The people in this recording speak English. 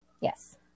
Yes